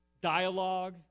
dialogue